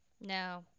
No